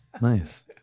Nice